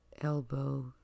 elbow